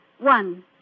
one